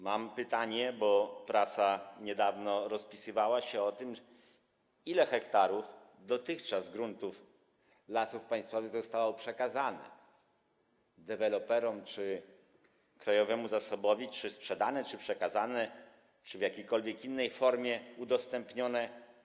Mam pytanie, bo prasa niedawno rozpisywała się o tym: Ile dotychczas hektarów gruntów Lasów Państwowych zostało przekazanych deweloperom czy krajowemu zasobowi, czy sprzedane, czy przekazane, czy w jakiejkolwiek innej formie udostępnione?